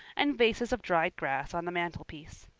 and vases of dried grass on the mantel-piece.